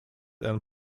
and